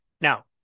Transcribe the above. Now